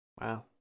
Wow